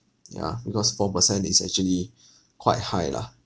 yeah because four percent is actually quite high lah